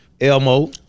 Elmo